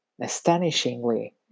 astonishingly